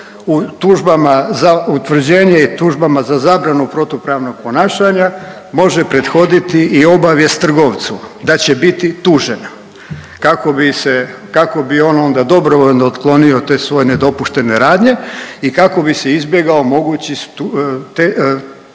u tužbama za utvrđenje i tužbama za zabranu protupravnog ponašanja može prethoditi i obavijest trgovcu da će biti tužen kako bi se, kako bi on onda dobrovoljno otklonio te svoje nedopuštene radnje i kako bi se izbjegao mogući te